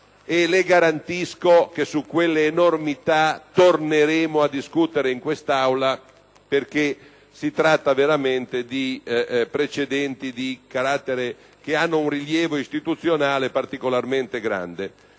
Le garantisco che su quelle enormità torneremo a discutere in quest'Aula, perché si tratta di precedenti che hanno un rilievo istituzionale particolarmente importante.